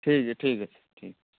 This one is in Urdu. ٹھیک جی ٹھیک ہے ٹھیک